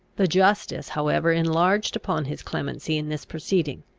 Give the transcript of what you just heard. the justice however enlarged upon his clemency in this proceeding.